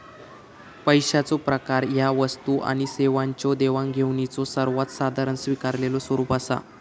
पैशाचो प्रकार ह्या वस्तू आणि सेवांच्यो देवाणघेवाणीचो सर्वात साधारण स्वीकारलेलो स्वरूप असा